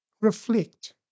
reflect